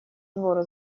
двор